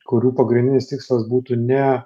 kurių pagrindinis tikslas būtų ne